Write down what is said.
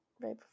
right